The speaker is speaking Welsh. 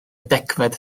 degfed